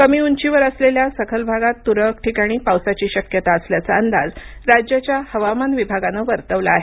कमी उंचीवर असलेल्या सखल भागात तुरळक ठिकाणी पावसाची शक्यता असल्याचा अंदाज राज्याच्या हवामान विभागानं वर्तवला आहे